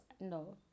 no